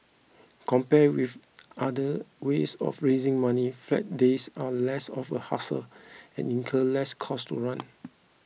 compared with other ways of raising money flag days are less of a hassle and incur less cost to run